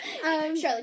Charlotte